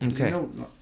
Okay